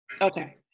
Okay